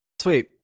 Sweet